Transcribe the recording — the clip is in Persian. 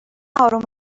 آروم